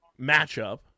matchup